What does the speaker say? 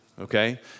okay